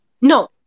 no